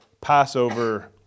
Passover